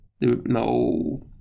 no